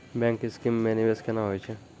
Bank के scheme मे निवेश केना होय छै?